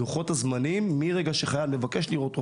לוחות הזמנים מרגע שחייל מבקש לראות רופא,